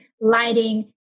lighting